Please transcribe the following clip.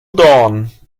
dawn